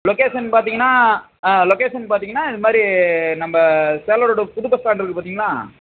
location பார்த்தீங்கன்னா ஆ location பார்த்தீங்கன்னா இது மாதிரி நம்ம சேலம் ரோடு புது பஸ் ஸ்டாண்டு இருக்குது பார்த்தீங்களா